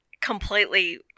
completely